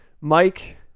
Mike